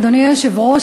אדוני היושב-ראש,